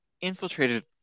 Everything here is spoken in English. infiltrated